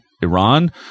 Iran